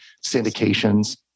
syndications